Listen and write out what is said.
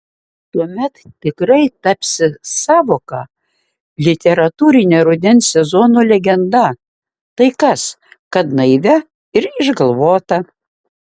tuomet tikrai tapsi sąvoka literatūrine rudens sezono legenda tai kas kad naivia ir išgalvota